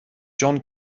john